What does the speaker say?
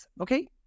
okay